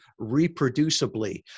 reproducibly